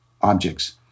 objects